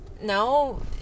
no